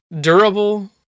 durable